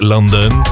London